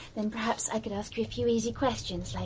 then perhaps i could ask you a few easy questions.